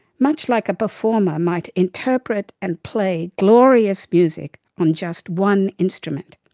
much like a performer might interpret and play glorious music on just one instrument.